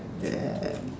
yeah